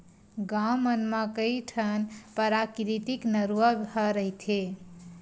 गाँव मन म कइठन पराकिरितिक नरूवा ह रहिथे